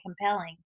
compelling